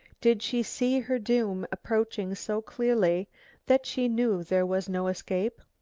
did she see her doom approaching so clearly that she knew there was no escape?